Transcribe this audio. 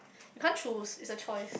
you can't choose it's a choice